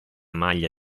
maglia